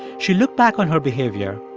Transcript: she looked back on her behavior,